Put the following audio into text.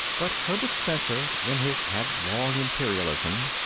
but herbert spencer, in his headlong imperialism,